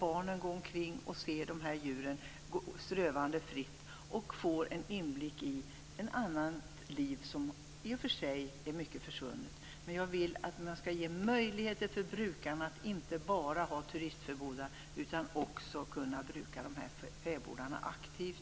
Barnen får gå omkring och se djuren ströva fritt, och får en inblick i ett annat liv av vilket mycket i och för sig har försvunnit. För den levande landsbygdens skull vill jag att man skall ge möjligheter för brukarna att inte bara ha turistfäbodar, utan att också bruka fäbodarna aktivt.